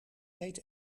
heet